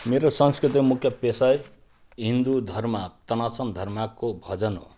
मेरो संस्कृतको मुख्य पेसा हिन्दू धर्म तनासन धर्मको भजन हो